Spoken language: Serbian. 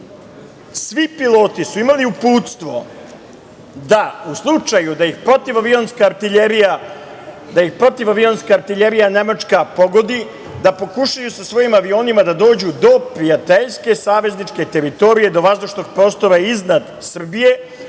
piloti su imali upustvo da u slučaju da ih protivavionska artiljerija nemačka pogodi, da pokušaju sa svojim avionima da dođu do prijateljske savezničke teritorije, do vazdušnog prostora iznad Srbije